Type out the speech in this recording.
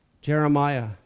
Jeremiah